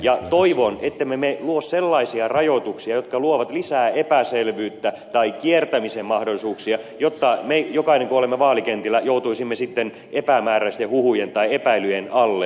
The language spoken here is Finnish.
ja toivon ettemme me luo sellaisia rajoituksia jotka luovat lisää epäselvyyttä tai kiertämisen mahdollisuuksia jotta emme jokainen kun olemme vaalikentillä joutuisi sitten epämääräisten huhujen tai epäilyjen alle kesken vaalikampanjan